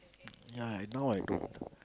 ya I now I don't